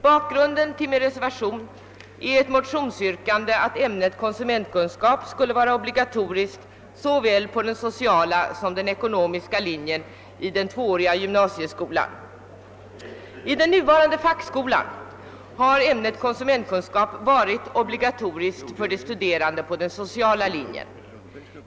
Bakgrunden till min reservation är ett motionsyrkande om att ämnet konsumentkunskap skulle bli obligatoriskt såväl på den sociala som på den ekonomiska linjen i den tvååriga gymnasieskolan. I den nuvarande fackskolan har ämnet konsumentkunskap varit obligatoriskt för de studerande på den sociala linjen.